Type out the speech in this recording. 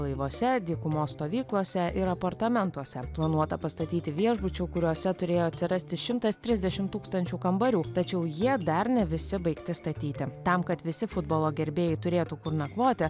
laivuose dykumos stovyklose ir apartamentuose planuota pastatyti viešbučių kuriuose turėjo atsirasti šimtas trisdešimt tūkstančių kambarių tačiau jie dar ne visi baigti statyti tam kad visi futbolo gerbėjai turėtų kur nakvoti